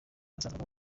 bazaga